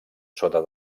sota